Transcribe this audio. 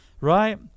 right